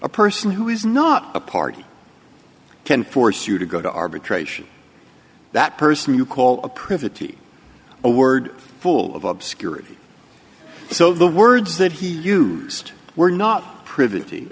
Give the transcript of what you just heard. a person who is not a party can force you to go to arbitration that person you call a pretty a word full of obscurity so the words that he used were not pre